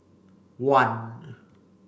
one